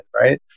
right